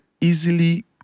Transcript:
easily